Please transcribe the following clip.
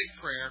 prayer